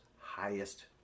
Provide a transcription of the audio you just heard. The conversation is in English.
highest